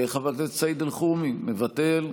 חבר הכנסת סעיד אלחרומי, מבטל,